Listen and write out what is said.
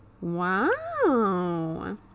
wow